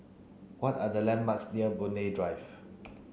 what are the landmarks near Boon Lay Drive